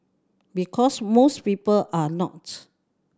because most people are not